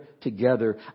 together